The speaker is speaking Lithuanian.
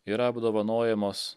yra apdovanojamos